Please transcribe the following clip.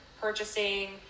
purchasing